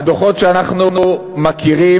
הדוחות שאנחנו מכירים